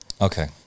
Okay